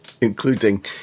including